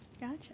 Gotcha